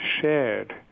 shared